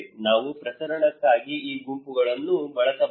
ನಾವು ಪ್ರಸರಣಕ್ಕಾಗಿ ಈ ಗುಂಪುಗಳನ್ನು ಬಳಸಬಹುದು